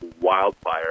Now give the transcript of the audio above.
wildfire